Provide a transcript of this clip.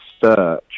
search